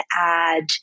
add